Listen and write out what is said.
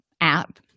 app